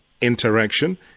interaction